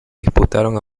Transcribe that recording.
disputaron